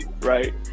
right